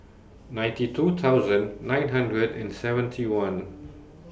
ninety two thousand nine hundred and seventy one